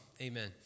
Amen